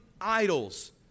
idols